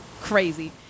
crazy